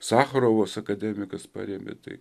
sacharovas akademikas parėmė tai